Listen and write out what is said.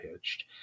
pitched